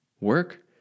work